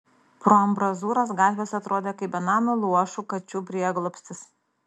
pro ambrazūras gatvės atrodė kaip benamių luošų kačių prieglobstis